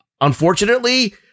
unfortunately